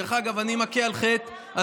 דרך אגב, אני מכה על חטא.